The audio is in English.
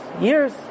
years